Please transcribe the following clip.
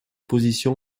position